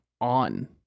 on